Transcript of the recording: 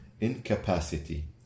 incapacity